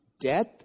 death